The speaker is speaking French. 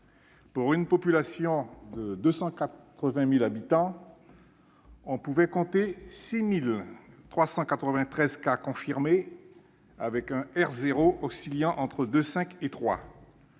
Pour une population de 280 000 habitants, on compte 6 393 cas confirmés, avec un R0 oscillant entre 2,5 et 3,